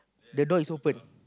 the door is opened